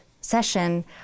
session